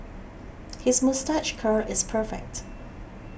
his moustache curl is perfect